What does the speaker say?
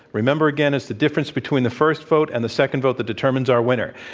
remember, again, it's the difference between the first vote and the second vote that determines our winner.